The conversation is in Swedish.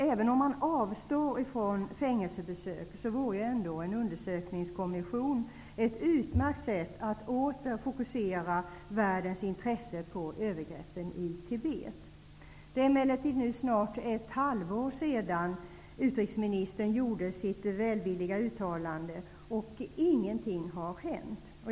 Även om man avstår från fängelsebesök vore ändå en undersökningskommission ett utmärkt sätt att åter fokusera världens intresse på övergreppen i Det är emellertid nu snart ett halvår sedan utrikesministern gjorde sitt välvilliga uttalande, och ingenting har hänt.